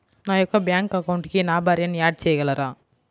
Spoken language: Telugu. నా యొక్క బ్యాంక్ అకౌంట్కి నా భార్యని యాడ్ చేయగలరా?